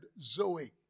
zoe